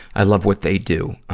i love what they do.